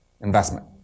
investment